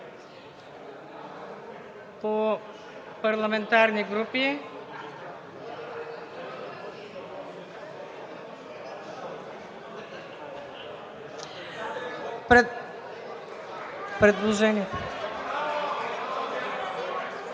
от парламентарни групи. Предложение